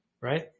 right